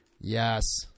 Yes